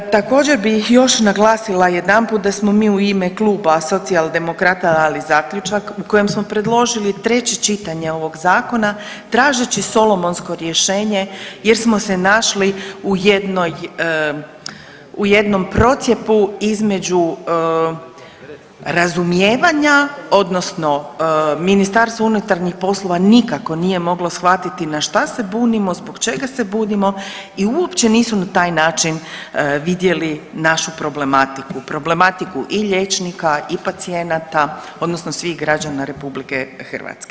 Također bih još naglasila jedanput da smo mi u ime kluba Socijaldemokrata dali zaključak u kojem smo predložili treće čitanje ovog zakona tražeći solomonsko rješenje jer smo se našli u jednoj u jednom procjepu između razumijevanja odnosno MUP nikako nije moglo shvatiti na šta se bunimo, zbog čega se bunimo i uopće nisu na taj način vidjeli našu problematiku, problematiku i liječnika i pacijenata odnosno svih građana RH.